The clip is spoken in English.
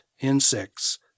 insects